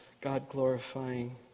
God-glorifying